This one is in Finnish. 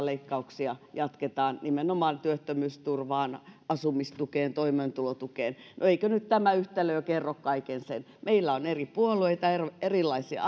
leikkauksia jatketaan nimenomaan työttömyysturvaan asumistukeen toimeentulotukeen no eikö nyt tämä yhtälö jo kerro kaiken meillä on eri puolueita erilaisia